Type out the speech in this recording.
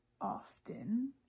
often